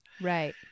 Right